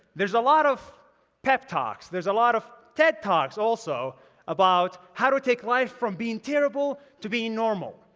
there's a lot of pep talks there's a lot of ted talks also about how to take life from being terrible to being normal.